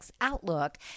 outlook